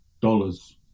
dollars